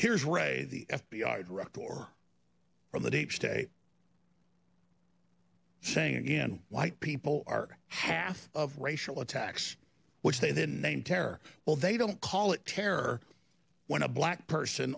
here's re the f b i director or from the deep state saying again white people are half of racial attacks which they then name terror well they don't call it terror when a black person